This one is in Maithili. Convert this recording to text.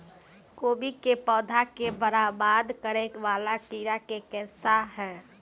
कोबी केँ पौधा केँ बरबाद करे वला कीड़ा केँ सा है?